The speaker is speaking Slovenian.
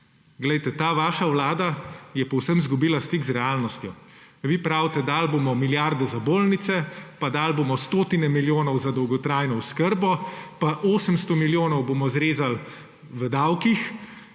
ta vaša vlada je povsem izgubila stik z realnostjo. Vi pravite, dali bomo milijarde za bolnice, pa dali bomo stotine milijonov za dolgotrajno oskrbo, pa 800 milijonov bomo izrezali v davkih,